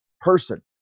person